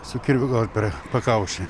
su kirviu gaut per pakaušį